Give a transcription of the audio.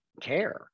care